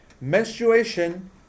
menstruation